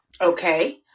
Okay